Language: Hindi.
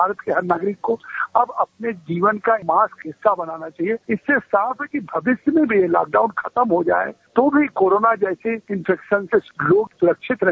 भारत के हर नागरिक को अब अपने जीवन का मास्क एक हिस्सा बनाना चाहिये इससे साफ है भविश्य में भी लॉकडाउन खत्म हो जाये तो भी कोरोना जैसी इंफेक्शन से लोग सुरक्षित रहे